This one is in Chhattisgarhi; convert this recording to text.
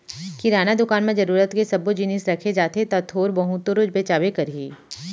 किराना दुकान म जरूरत के सब्बो जिनिस रखे जाथे त थोर बहुत तो रोज बेचाबे करही